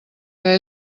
que